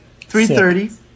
330